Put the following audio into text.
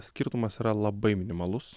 skirtumas yra labai minimalus